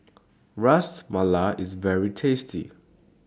Ras Malai IS very tasty